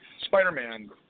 Spider-Man